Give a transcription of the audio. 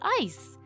ice